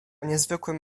niezwykłym